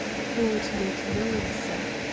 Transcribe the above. ford made no answer.